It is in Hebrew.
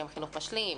שהם חינוך משלים,